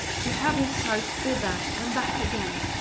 to have his sight thither and back again.